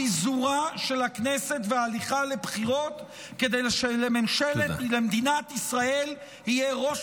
פיזורה של הכנסת והליכה לבחירות כדי שלמדינת ישראל יהיה ראש